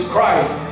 Christ